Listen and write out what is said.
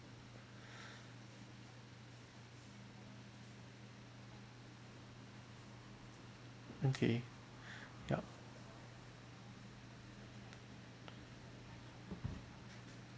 okay yup